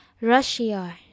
Russia